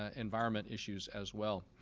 ah environment issues, as well.